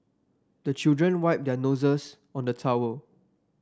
the children wipe their noses on the towel